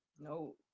No